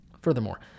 Furthermore